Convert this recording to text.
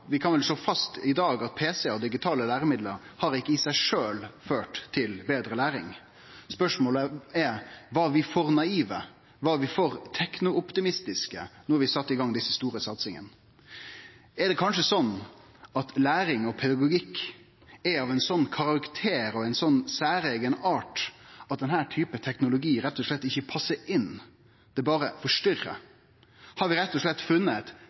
digitale læremiddel ikkje i seg sjølv har ført til betre læring. Spørsmålet er: Var vi for naive? Var vi for tekno-optimistiske da vi sette i gang desse store satsingane? Er det kanskje slik at læring og pedagogikk er av ein slik karakter og ein så særeige art at denne typen teknologi rett og slett ikkje passar inn – det berre forstyrrar? Har vi rett og slett funne eit